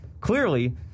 clearly